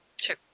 Sure